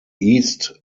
east